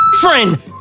friend